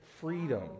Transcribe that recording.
freedom